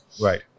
Right